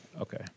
Okay